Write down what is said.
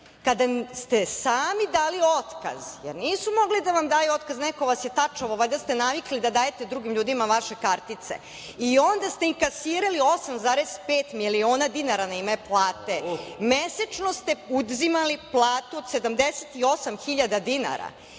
kada ste sami dali otkaz, jer nisu mogli da vam daju otkaz. Neko vas je tačovao, valjda ste navikli da dajete drugim ljudima vaše kartice i onda ste inkasirali 8,5 miliona dinara na ime plate. Mesečno ste uzimali platu od 78 hiljada